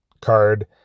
card